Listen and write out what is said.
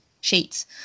sheets